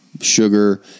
sugar